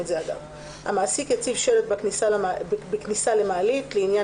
המעסיק יציב שלט בכניסה למעלית לעניין